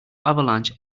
avalanche